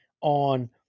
on